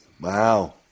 Wow